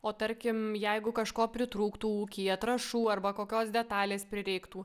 o tarkim jeigu kažko pritrūktų ūkyje trąšų arba kokios detalės prireiktų